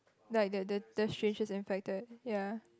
like the the the that she is infected ya